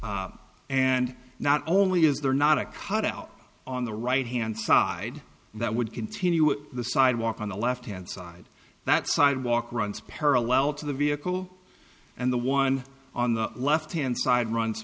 stops and not only is there not a cutout on the right hand side that would continue the sidewalk on the left hand side that sidewalk runs parallel to the vehicle and the one on the left hand side runs